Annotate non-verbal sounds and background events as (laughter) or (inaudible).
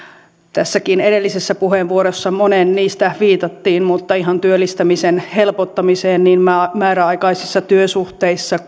tässäkin edellisessä puheenvuorossa moneen niistä viitattiin ihan työllistämisen helpottamista niin määräaikaisissa työsuhteissa (unintelligible)